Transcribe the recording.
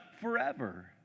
forever